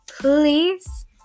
please